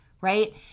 right